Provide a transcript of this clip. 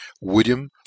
William